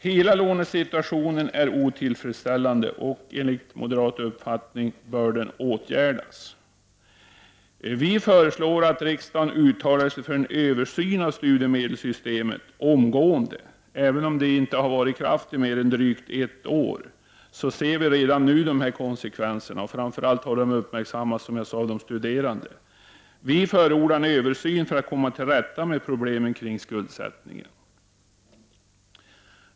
Hela lånesituationen är otillfredsställande. Vi moderater menar att åtgärder bör vidtagas. Vi föreslår att riksdagen uttalar sig för en översyn av studiemedelssystemet omgående. Även om detta inte har varit i kraft mer än drygt ett år ser vi redan nu konsekvenserna härav. Framför allt har dessa, som jag sade tidigare, uppmärksammats av de studerande själva. Vi förordar alltså en översyn av studiemedelssystemet. Vi måste ju komma till rätta med problemen kring skuldsättningen.